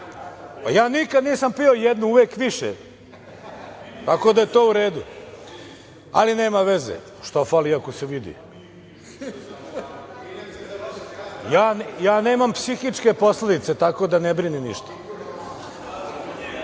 pa ja nikada nisam pio jednu uvek više, tako da to je u redu, ali nema veze šta fali iako se vidi. Ja nemam psihičke posledice, tako da ne brini ništa. Elem,